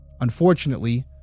Unfortunately